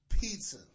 Pizza